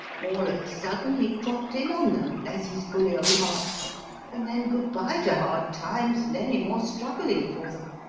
all of a sudden he dropped in on them, bless his bully old heart and then good-bye to hard times and any more struggling for them.